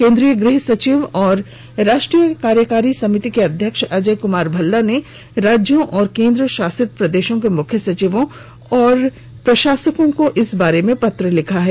केन्द्रीय गृहसचिव और राष्ट्रीय कार्यकारी समिति के अध्यक्ष अजय कुमार भल्ला ने राज्यों और केन्द्रशासित प्रदेशों के मुख्य सचिवों और प्रशासकों को इस बारे में पत्र लिखा है